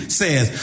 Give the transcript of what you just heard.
says